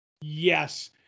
Yes